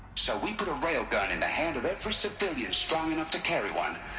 so we put a railgun in the hand of every civilian strong enough to carry one.